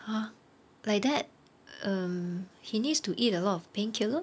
!huh! like that um he needs to eat a lot of painkiller